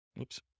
Oops